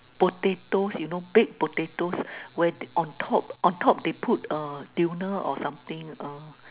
potatoes you know baked potatoes where on top on top they put uh tuna or something uh